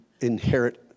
inherit